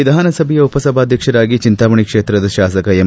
ವಿಧಾನಸಭೆಯ ಉಪಸಭಾಧ್ಯಕ್ಷರಾಗಿ ಚಿಂತಾಮಣಿ ಕ್ಷೇತ್ರದ ಶಾಸಕ ಎಂ